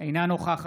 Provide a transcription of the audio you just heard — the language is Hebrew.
אינו נוכח